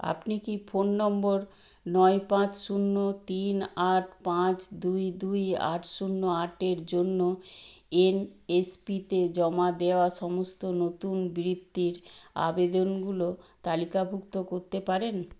আপনি কি phone number নয় পাঁচ শূন্য তিন আট পাঁচ দুই দুই আট শূন্য আট এর জন্য এনএসপিতে জমা দেওয়া সমস্ত নতুন বৃত্তির আবেদনগুলো তালিকাভুক্ত কোত্তে পারেন